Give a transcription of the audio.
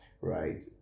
right